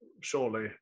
surely